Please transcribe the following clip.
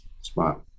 spot